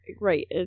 Right